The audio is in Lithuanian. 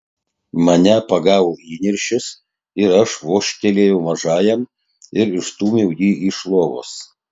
mane pagavo įniršis ir aš vožtelėjau mažajam ir išstūmiau jį iš lovos